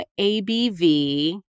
ABV